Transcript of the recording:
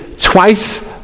twice